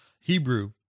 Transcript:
Hebrew